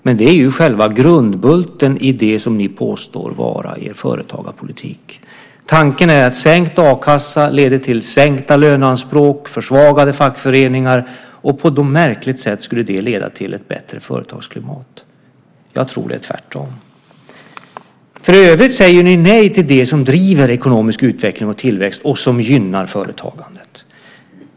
Men det är själva grundbulten i det ni påstår vara er företagarpolitik. Tanken är att sänkt a-kassa leder till sänkta löneanspråk och försvagade fackföreningar, och på något märkligt sätt skulle det leda till ett bättre företagsklimat. Jag tror att det är tvärtom. För övrigt säger ni nej till det som driver ekonomisk utveckling och tillväxt och som gynnar företagandet.